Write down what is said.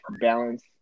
balance